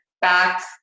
back